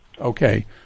Okay